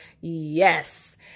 yes